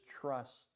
trust